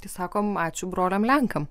tai sakom ačiū broliam lenkam